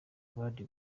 abandi